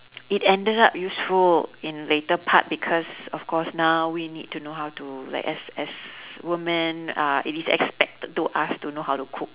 it ended up useful in later part because of course now we need to know how to like as as woman uh it is expected to us to know how to cook